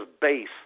base